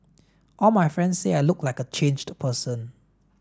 all my friends say I look like a changed person